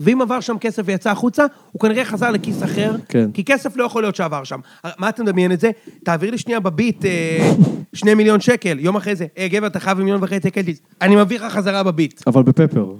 ואם עבר שם כסף ויצא החוצה, הוא כנראה חזר לכיס אחר, כי כסף לא יכול להיות שעבר שם. מה אתם מדמיין את זה? תעביר לי שנייה בביט, שני מיליון שקל, יום אחרי זה. גבר, אתה חייב עם מיליון וחצי קלטיסט, אני מביא לך חזרה בביט. אבל בפפר.